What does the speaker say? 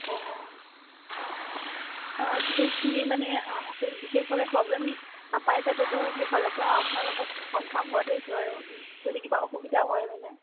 অঁ ষ্টুডেণ্টখিনি মানে বিশেষভাৱে প্ৰব্লেম নাপায় তাতেতো সেইফালৰ পৰা আপোনাৰ লগত কনৰ্ফাম হৈ লৈছোঁ আৰু যদি কিবা অসুবিধা হয় মানে